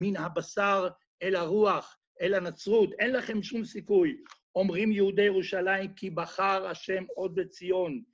מן הבשר אל הרוח, אל הנצרות, אין לכם שום סיכוי, אומרים יהודי ירושלים כי בחר השם עוד בציון.